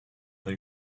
they